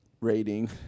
rating